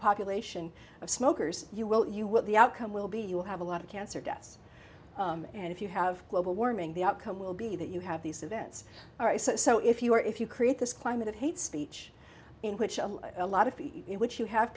population of smokers you will you what the outcome will be you'll have a lot of cancer deaths and if you have global warming the outcome will be that you have these events all right so if you are if you create this climate of hate speech in which a lot of which you have